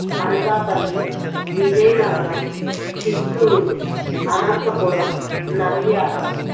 Anakapalli Vizianagaram Chittoor Anantapur Nandyal